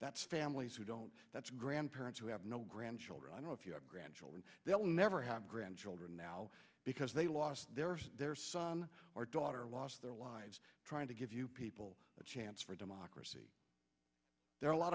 that's families who don't that's grandparents who have no grandchildren i know if you have grandchildren they'll never have grandchildren now because they lost their son or daughter lost their lives trying to give people a chance for democracy there are a lot